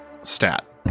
stat